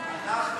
קיבלתי הכשר.